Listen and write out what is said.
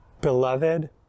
beloved